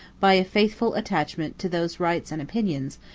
by a faithful attachment to those rites and opinions,